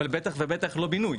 אבל בטח לא בינוי.